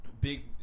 big